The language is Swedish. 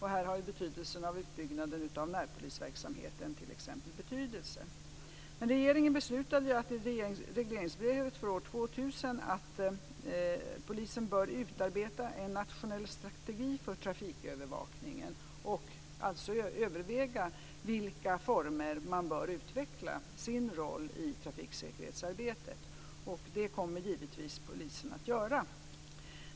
Här har t.ex. utbyggnaden av närpolisverksamheten betydelse. 2000 att polisen bör utarbeta en nationell strategi för trafikövervakningen och alltså överväga i vilka former man bör utveckla sin roll i trafiksäkerhetsarbetet. Det kommer givetvis polisen att göra.